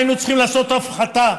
היינו צריכים לעשות הפחתה.